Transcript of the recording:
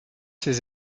ces